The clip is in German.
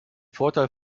vorteil